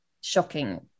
shocking